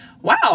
Wow